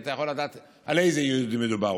אתה יכול לדעת על איזה יהודים מדובר.